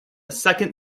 second